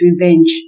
revenge